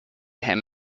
him